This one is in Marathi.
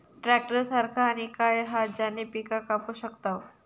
ट्रॅक्टर सारखा आणि काय हा ज्याने पीका कापू शकताव?